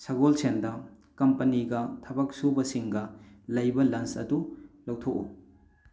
ꯁꯒꯣꯜꯁꯦꯟꯗ ꯀꯝꯄꯅꯤꯒ ꯊꯕꯛ ꯁꯨꯕꯁꯤꯡꯒ ꯂꯩꯕ ꯂꯟꯁ ꯑꯗꯨ ꯂꯧꯊꯣꯛꯎ